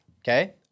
Okay